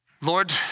Lord